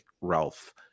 Ralph